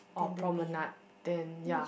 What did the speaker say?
or Promenade then ya